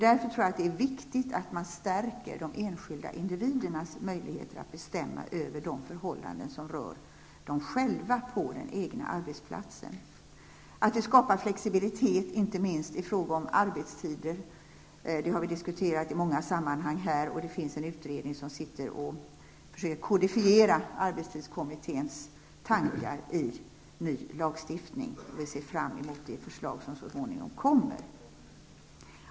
Därför är det viktigt att stärka de enskilda individernas möjligheter att bestämma över de förhållanden som rör dem själva på den egna arbetsplatsen. Det skapar flexibilitet inte minst i fråga om arbetstiden. Vi har diskuterat detta i många sammanhang här, och det finns en utredning som sitter och försöker kodifiera arbetstidskommitténs tankar i ny lagstiftning. Vi ser fram emot de förslag som så småningom skall komma.